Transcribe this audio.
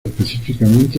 específicamente